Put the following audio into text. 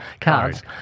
cards